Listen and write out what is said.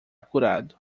curado